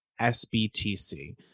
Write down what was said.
SBTC